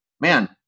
man